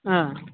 ಹಾಂ